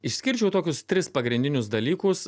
išskirčiau tokius tris pagrindinius dalykus